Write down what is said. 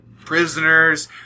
prisoners